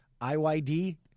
IYD